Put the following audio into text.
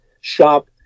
shop